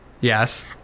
Yes